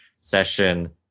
session